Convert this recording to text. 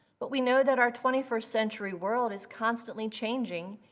but we know that our twenty first century world is constantly changing,